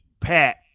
Pat